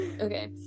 Okay